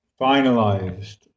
finalized